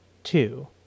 two